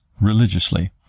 religiously